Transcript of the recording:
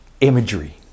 imagery